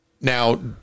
Now